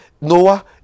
Noah